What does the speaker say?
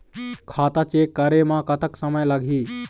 खाता चेक करे म कतक समय लगही?